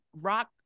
rock